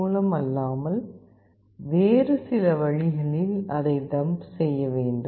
மூலம் அல்லாமல் வேறு சில வழிகளில் அதை டம்ப் செய்ய வேண்டும்